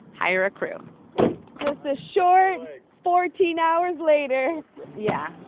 hire a crew just a short fourteen hours later yeah,